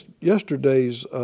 yesterday's